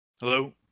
hello